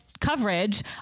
Coverage